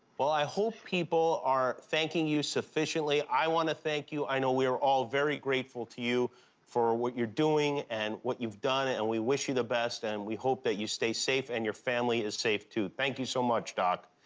well, i hope people are thanking you sufficiently. i want to thank you. i know we are all very grateful to you for what you're doing and what you've done, and we wish you the best. and we hope that you stay safe, and your family is safe, too. thank you so much, doc.